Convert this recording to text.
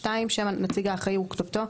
(2) שם הנציג האחראי וכתובתו,